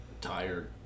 tired